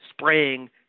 spraying